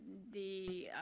the